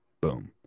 Boom